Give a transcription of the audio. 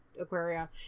aquaria